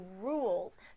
rules